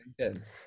sentence